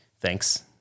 Thanks